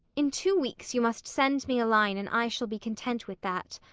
in two weeks you must send me a line and i shall be content with that.